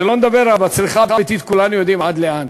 שלא נדבר על הצריכה הביתית, וכולנו יודעים עד לאן.